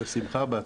בשמחה, בהצלחה.